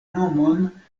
nomon